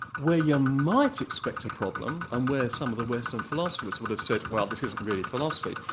where you might expect a problem and where some of the western philosophers would have said well, this isn't really philosophy,